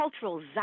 cultural